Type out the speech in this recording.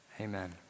Amen